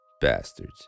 bastards